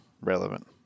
relevant